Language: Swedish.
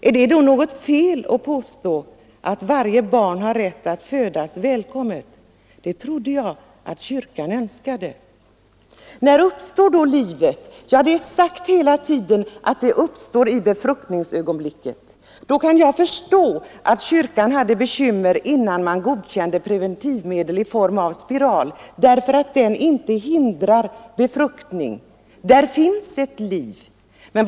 Är det då något fel att påstå att varje barn har rätt att födas välkommet? Det trodde jag att kyrkan önskade. När uppstår livet? Det har sagts hela tiden att det uppstår i befruktningsögonblicket. Då kan jag förstå att kyrkan hade bekymmer innan man godkände preventivmedel i form av spiral. Den hindrar nämligen inte befruktning, ett liv kan uppstå.